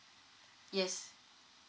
yes